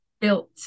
built